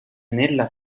nella